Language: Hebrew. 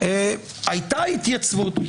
הייתה התייצבות,